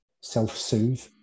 self-soothe